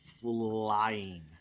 flying